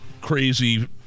crazy